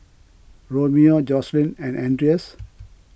Romeo Jocelyn and andreas